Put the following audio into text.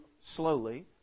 slowly